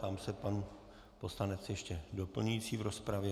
Ptám se, pan poslanec ještě doplňující v rozpravě.